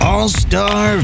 All-Star